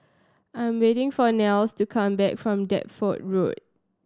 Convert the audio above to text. I'm waiting for Nels to come back from Deptford Road